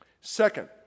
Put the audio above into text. Second